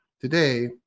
Today